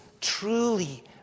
truly